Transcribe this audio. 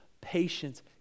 patience